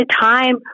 time